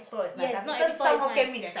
yes not every stall is nice